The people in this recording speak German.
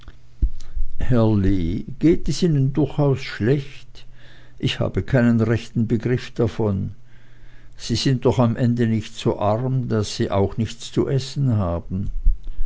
lee geht es ihnen durchaus schlecht ich habe keinen rechten begriff davon sie sind doch am ende nicht so arm daß sie auch nichts zu essen haben